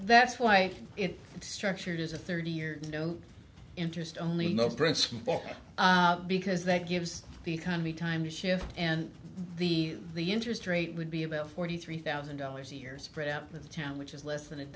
that's why it's structured as a thirty year no interest only no spread smoke because that gives the economy time to shift and the the interest rate would be about forty three thousand dollars a year spread out of town which is less than